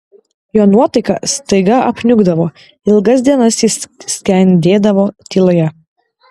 jo nuotaika staiga apniukdavo ilgas dienas jis skendėdavo tyloje